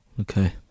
Okay